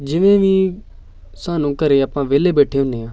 ਜਿਵੇਂ ਵੀ ਸਾਨੂੰ ਘਰ ਆਪਾਂ ਵਿਹਲੇ ਬੈਠੇ ਹੁੰਦੇ ਹਾਂ